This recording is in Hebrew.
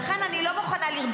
אני לא יודע.